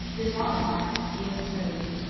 it is not far, and the sea is smooth.